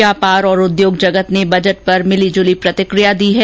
व्यापार और उद्योग जगत ने बजट पर मिली जुली प्रतिकिया दी है